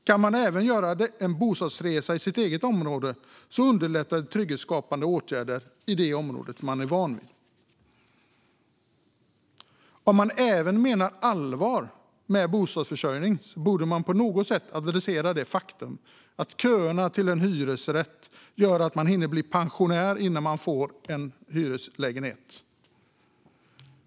Kan man även göra en bostadsresa i sitt eget område underlättar det trygghetsskapande åtgärder i det område som man är van vid. Om man även menar allvar med bostadsförsörjning borde man på något sätt adressera det faktum att köerna till en hyresrätt gör att man hinner bli pensionär innan man får en hyreslägenhet.